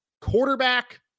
quarterback